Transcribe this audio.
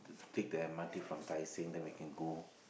take the M_R_T from Tai-Seng then we can go